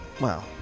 Wow